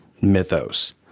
mythos